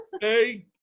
Hey